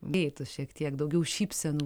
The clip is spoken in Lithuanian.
geitų šiek tiek daugiau šypsenų